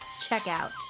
checkout